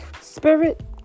spirit